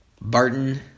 Barton